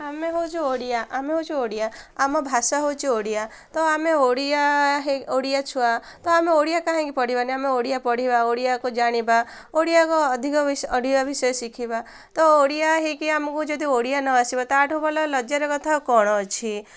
ଆମେ ହେଉଛୁ ଓଡ଼ିଆ ଆମେ ହେଉଛୁ ଓଡ଼ିଆ ଆମ ଭାଷା ହେଉଛୁ ଓଡ଼ିଆ ତ ଆମେ ଓଡ଼ିଆ ଓଡ଼ିଆ ଛୁଆ ତ ଆମେ ଓଡ଼ିଆ କାହିଁକି ପଢ଼ିବାନି ଆମେ ଓଡ଼ିଆ ପଢ଼ିବା ଓଡ଼ିଆକୁ ଜାଣିବା ଓଡ଼ିଆକୁ ଅଧିକ ବିଷୟ ଶିଖିବା ତ ଓଡ଼ିଆ ହେଇକି ଆମକୁ ଯଦି ଓଡ଼ିଆ ନ ଆସିବା ତା'ଠୁ ଭଲ ଲଜ୍ୟାର କଥା କ'ଣ ଅଛି